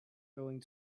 going